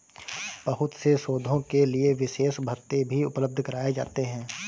बहुत से शोधों के लिये विशेष भत्ते भी उपलब्ध कराये जाते हैं